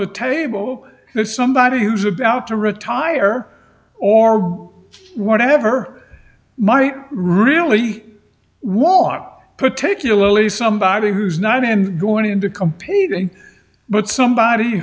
the table that somebody who's about to retire or whatever might really want particularly somebody who's not in going into competing but somebody